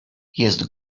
jest